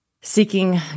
seeking